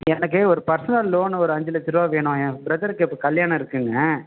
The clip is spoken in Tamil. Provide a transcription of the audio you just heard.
எனக்கு ஒரு பெர்சனல் லோன் ஒரு அஞ்சு லட்சம் ரூபா வேணும் என் பிரதருக்கு இப்போ கல்யாணம் இருக்குதுங்க